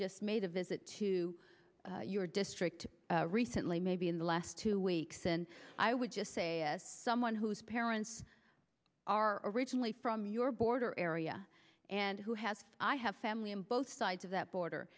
just made a visit to your district recently maybe in the last two weeks and i would just say as someone whose parents are originally from your border area and who has i have family in both sides of that border